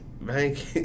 Bank